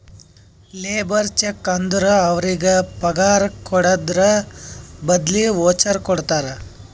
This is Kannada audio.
ಲೇಬರ್ ಚೆಕ್ ಅಂದುರ್ ಅವ್ರಿಗ ಪಗಾರ್ ಕೊಡದ್ರ್ ಬದ್ಲಿ ವೋಚರ್ ಕೊಡ್ತಾರ